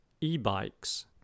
e-bikes